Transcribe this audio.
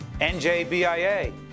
NJBIA